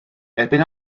erbyn